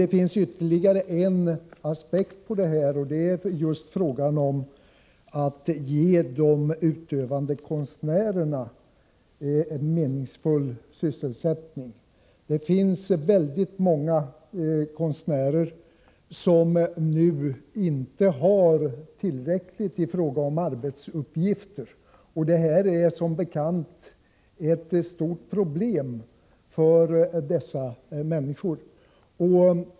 Det finns ytterligare en aspekt i denna fråga, och det är att ge de utövande konstnärerna meningsfull sysselsättning. Det är oerhört många konstnärer som nu inte har tillräckligt med arbetsuppgifter, och det är som bekant ett stort problem för dem.